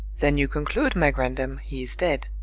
then you conclude, my grandam, he is dead.